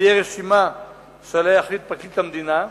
תהיה רשימה שעליה יחליט פרקליט המדינה,